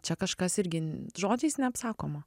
čia kažkas irgi žodžiais neapsakoma